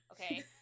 Okay